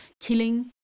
killing